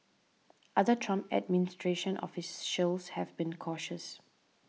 other Trump administration office shows have been cautious